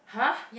!huh!